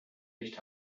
sich